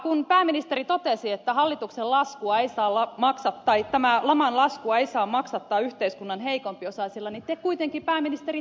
kun pääministeri totesi että tämän laman laskua ei saa maksattaa yhteiskunnan heikompiosaisilla niin te kuitenkin pääministeri teette niin